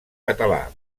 català